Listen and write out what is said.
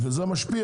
זה משפיע,